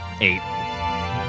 eight